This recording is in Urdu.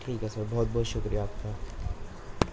ٹھیک ہے سر بہت بہت شکریہ آپ کا